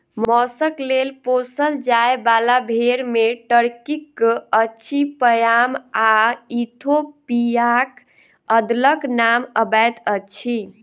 मौसक लेल पोसल जाय बाला भेंड़ मे टर्कीक अचिपयाम आ इथोपियाक अदलक नाम अबैत अछि